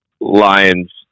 Lions